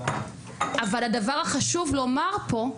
אבל הדבר החשוב לומר פה,